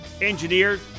engineered